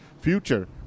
future